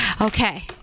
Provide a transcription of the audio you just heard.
Okay